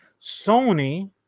Sony